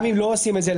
גם אם לא עושים את זה,